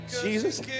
jesus